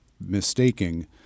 mistaking